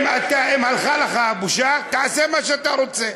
אם הלכה לך הבושה, תעשה מה שאתה רוצה.